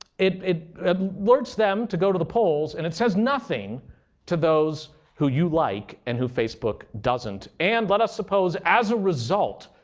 it it alerts them to go to the polls, and it says nothing to those who you like and who facebook doesn't. and let us suppose, as a result,